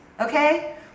okay